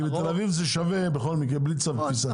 כי בתל אביב זה שווה בלי צו תפיסה.